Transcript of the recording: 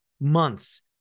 months